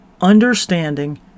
understanding